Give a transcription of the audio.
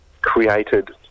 created